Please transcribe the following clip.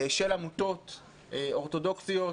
של עמותות אורתודוקסיות,